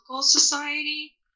society